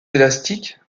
élastiques